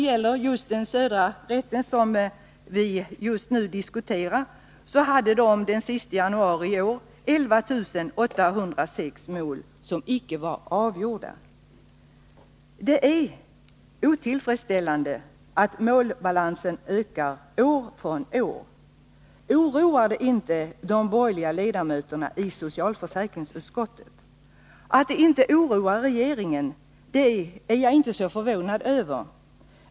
Den södra rätten, som vi just nu diskuterar, hade den sista januari i år 11 806 mål som icke var avgjorda. Det är otillfredsställande att målbalanserna ökar år från år. Oroar det inte de borgerliga ledamöterna i socialförsäkringsutskottet? Att det inte oroar regeringen är jag inte så förvånad över.